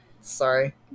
Sorry